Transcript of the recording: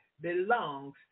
belongs